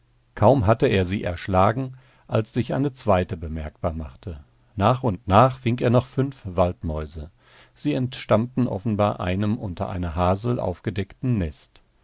kaum hatte er sie erschlagen als sich eine zweite bemerkbar machte nach und nach fing er noch fünf waldmäuse sie entstammten offenbar einem unter einer hasel aufgedeckten nest